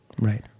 right